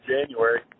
January